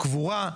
קבורה,